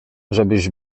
żebyś